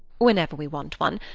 whenever we want one,